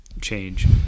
change